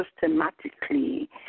systematically